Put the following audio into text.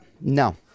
no